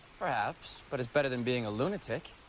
perhaps, but it's better than being a lunatic.